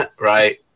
Right